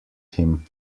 him